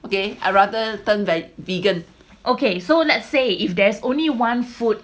okay I rather turn by vegan okay